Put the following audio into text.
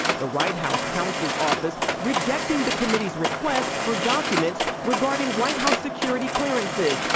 the white house counsel's office rejecting the committee's request for documents regarding white house security clearances,